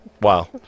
Wow